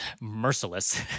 merciless